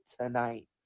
tonight